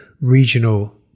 regional